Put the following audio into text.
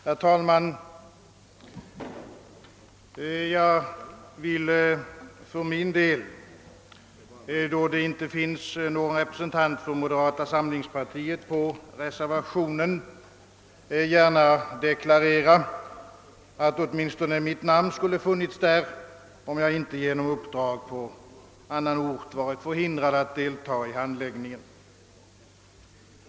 Herr talman! Jag vill för min del, då det inte finns någon representant för moderata samlingspartiet som står för reservationen, gärna deklarera att åtminstone mitt namn skulle ha funnits där, om jag inte av uppdrag på annan ort varit förhindrar att delta i handläggningen.